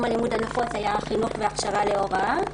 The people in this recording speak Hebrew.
הלימוד הנפוץ היה חינוך והכשרה להוראה.